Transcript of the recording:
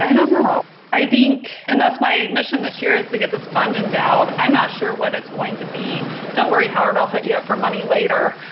don't know i think and that's my mission this year is to get this fund endowed i'm not sure what it's going to be don't worry howard i'll hit you up for money later